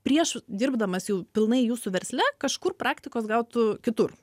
prieš dirbdamas jau pilnai jūsų versle kažkur praktikos gautų kitur